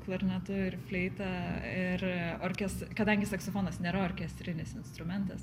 klarnetu ir fleita ir orkes kadangi saksofonas nėra orkestrinis instrumentas